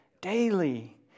Daily